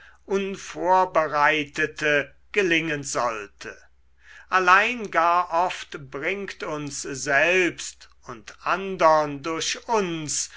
unvorbereitete gelingen sollte allein gar oft bringt uns selbst und andern durch uns